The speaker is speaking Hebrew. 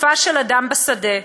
גופה של אדם בשדה,